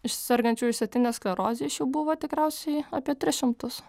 iš sergančiųjų išsėtine skleroze iš jų buvo tikriausiai apie tris šimtus